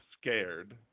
scared